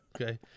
okay